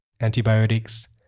antibiotics